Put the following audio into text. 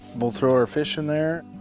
we'll throw our fish in there.